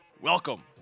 Welcome